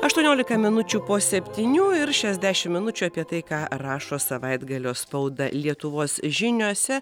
aštuoniolika minučių po septynių ir šias dešimt minučių apie tai ką rašo savaitgalio spauda lietuvos žiniose